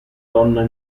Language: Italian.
donna